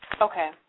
Okay